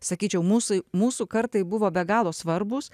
sakyčiau mūsų mūsų kartai buvo be galo svarbūs